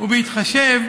ובהתחשב